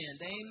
Amen